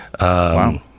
Wow